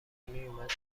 میومد